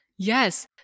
Yes